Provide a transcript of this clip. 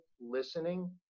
listening